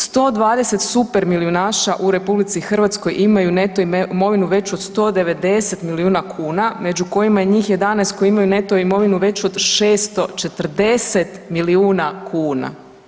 120 super milijunaša u RH imaju neto imovinu veću od 190 milijuna kuna, među kojima je njih 11 koji imaju neto imovinu veću od 640 milijuna kuna.